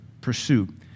pursuit